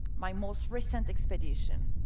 my most recent expedition.